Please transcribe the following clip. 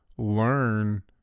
Learn